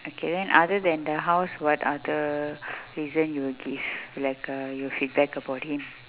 okay then other than the house what other reason you will give like uh you'll feedback about him